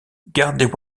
gardez